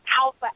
alpha